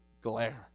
glare